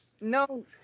No